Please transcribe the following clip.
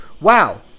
Wow